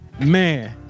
man